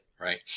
right